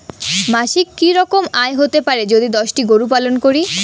মাসিক কি রকম আয় হতে পারে যদি দশটি গরু পালন করি?